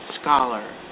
scholar